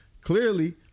Clearly